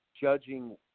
judging